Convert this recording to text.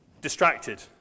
distracted